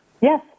Yes